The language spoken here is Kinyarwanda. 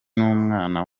n’umwana